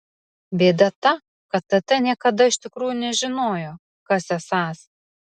bėda ta kad tt niekada iš tikrųjų nežinojo kas esąs